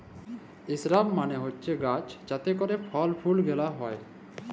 ইসরাব মালে হছে গাহাচ যাতে ক্যইরে ফল ফুল গেলাল হ্যয়